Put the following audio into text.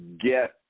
get